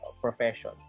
profession